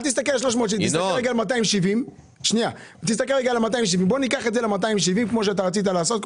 אל תסתכל על ה-360 אלא תסתכל על 270. בוא ניקח את זה ל-270 כמו שרצית לעשות,